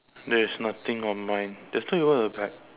there's nothing on mine that's not even a bag